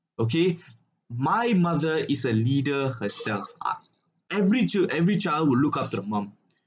okay my mother is a leader herself uh every chi~ every child will look up to the mum